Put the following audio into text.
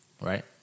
Right